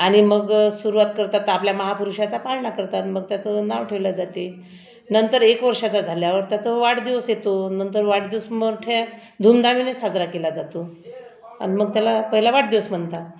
आणि मग सुरवात करतात आपल्या महापुरुषाचा पाळणा करतात मग त्याचं नाव ठेवले जाते नंतर एक वर्षाचा झाल्यावर त्याचा वाढदिवस येतो नंतर वाढदिवस मोठ्या धुमधामीने साजरा केला जातो अन् मग त्याला पहिला वाढदिवस म्हणतात